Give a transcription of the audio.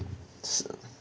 十